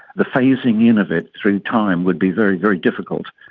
the phasing-in of it through time would be very, very difficult.